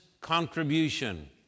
contribution